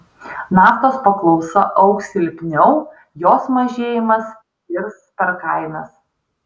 naftos paklausa augs silpniau jos mažėjimas kirs per kainas